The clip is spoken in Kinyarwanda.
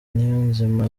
niyonzima